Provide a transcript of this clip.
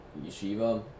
yeshiva